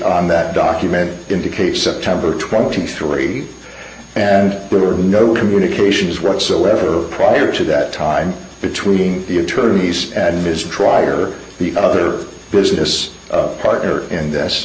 on that document indicates september twenty three and there were no communications whatsoever prior to that time between the attorneys and ms try or the other business partner in th